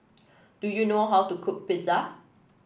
do you know how to cook Pizza